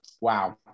Wow